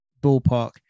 ballpark